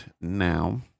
now